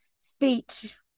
speech